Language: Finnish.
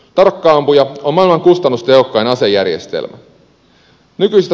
tarkka ampuja on maailman kustannustehokkain asejärjestelmä